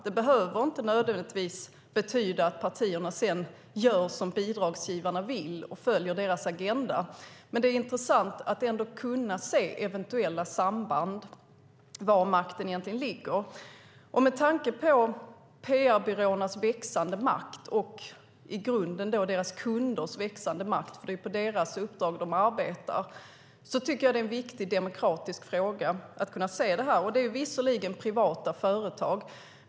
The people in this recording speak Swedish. Det behöver inte nödvändigtvis betyda att partierna sedan gör som bidragsgivarna vill och följer deras agenda. Men det är intressant att ändå kunna se eventuella samband när det gäller var makten egentligen ligger. Med tanke på PR-byråernas växande makt och i grunden deras kunders växande makt, eftersom det är på deras uppdrag de arbetar, tycker jag att det är en viktig demokratisk fråga att kunna se detta. Detta är visserligen privata företag.